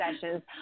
sessions